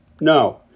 no